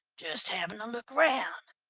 just havin' a look round!